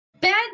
bad